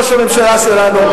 זה ראש הממשלה שלנו,